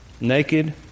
Naked